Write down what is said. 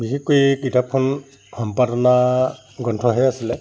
বিশেষকৈ এই কিতাপখন সম্পাদনা গ্ৰন্থহে আছিলে